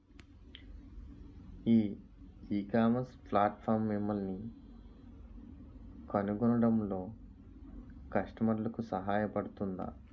ఈ ecommerce platform మిమ్మల్ని కనుగొనడంలో కస్టమర్లకు సహాయపడుతుందా?